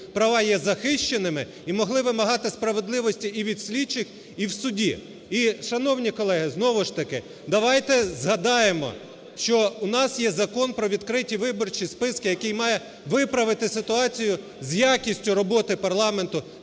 права є захищеними і могли вимагати справедливості і від слідчих, і в суді. І, шановні колеги, знову ж таки давайте згадаємо, що у нас є Закон про відкриті виборчі списки, який має виправити ситуацію з якістю роботи парламенту,